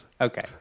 Okay